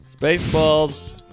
Spaceballs